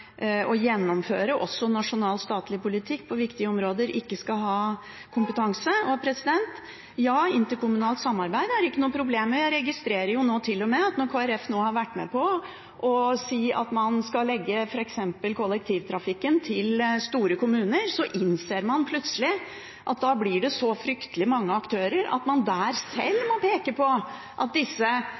skal gjennomføre også nasjonal statlig politikk på viktige områder, skal ha kompetanse. Ja, interkommunalt samarbeid er ikke noe problem. Jeg registrerer til og med at når Kristelig Folkeparti nå har vært med på å si at man skal legge f.eks. kollektivtrafikken til store kommuner, så innser man plutselig at det blir fryktelig mange aktører der. Da må man sjøl peke på at disse